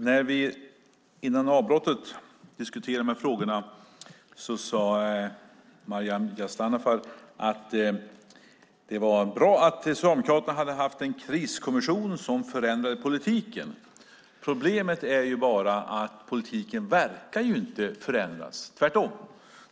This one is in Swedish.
Fru talman! När vi diskuterade de här frågorna innan avbrottet sade Maryam Yazdanfar att det var bra att Socialdemokraterna hade haft en kriskommission som förändrar politiken. Problemet är bara att politiken inte verkar förändras - tvärtom.